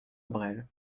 bresle